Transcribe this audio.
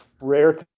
Rare